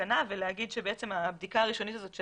התקנה ולומר שהבדיקה הראשונית הזאת של